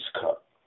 cup